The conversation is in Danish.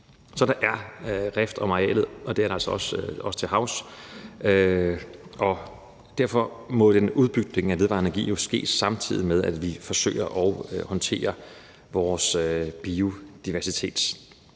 Så der er rift om arealet, og det er der altså også til havs. Derfor må en udbygning af vedvarende energi ske, samtidig med at vi forsøger at håndtere vores biodiversitetskrise.